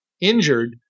injured